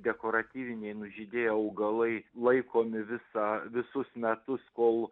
dekoratyviniai nužydėję augalai laikomi visa visus metus kol